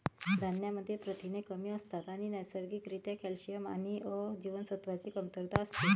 धान्यांमध्ये प्रथिने कमी असतात आणि नैसर्गिक रित्या कॅल्शियम आणि अ जीवनसत्वाची कमतरता असते